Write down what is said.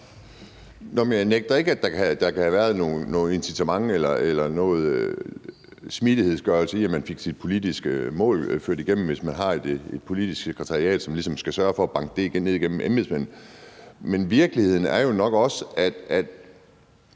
Jeg nægter ikke, at der kan være noget incitament eller noget smidiggørelse i, at man fik sine politiske mål ført igennem, hvis man har et politisk sekretariat, som ligesom skal sørge for at banke det igennem hos embedsmændene. Men virkeligheden er nok også, at